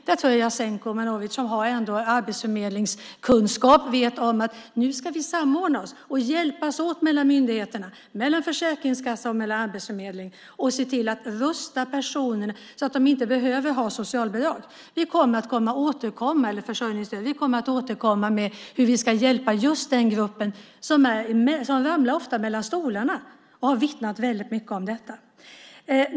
Jag tror att Jasenko Omanovic, som har arbetsförmedlingskunskap, vet att vi nu ska samordna oss och hjälpas åt mellan myndigheterna, mellan Försäkringskassa och Arbetsförmedlingen, och se till att rusta personerna så att de inte behöver ha socialbidrag eller försörjningsstöd. Vi kommer att återkomma med hur vi ska hjälpa just den grupp som ofta ramlar mellan stolarna och har vittnat väldigt mycket om detta.